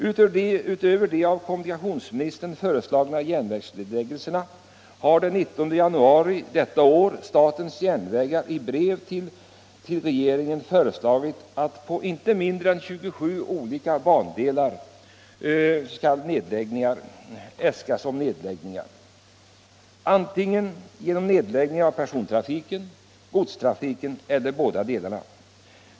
Utöver de av kommunikationsministern föreslagna järnvägsnedläggningarna har den 19 januari detta år statens järnvägar i brev till regeringen föreslagit nedläggning antingen av persontrafiken, godstrafiken eller båda delarna på inte mindre än 27 olika bandelar.